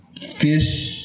fish